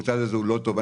הוא לא טוב.